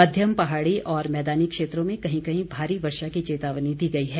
मध्यम पहाड़ी और मैदानी क्षेत्रों में कहीं कहीं भारी वर्षा की चेतावनी दी गई है